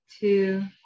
two